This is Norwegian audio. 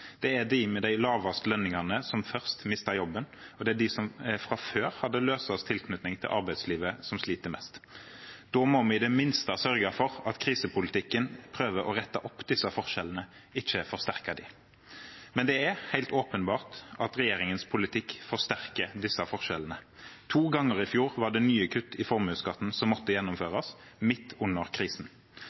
Det var de med de laveste lønningene som først mistet jobben, og det er de som fra før hadde løsest tilknytning til arbeidslivet, som sliter mest. Da må vi i det minste sørge for at krisepolitikken prøver å rette opp disse forskjellene, ikke forsterke dem. Men det er helt åpenbart at regjeringens politikk forsterker disse forskjellene. To ganger i fjor var det nye kutt i formuesskatten som måtte gjennomføres, midt under krisen.